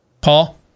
Paul